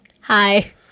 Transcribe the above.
hi